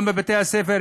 גם בבתי-הספר,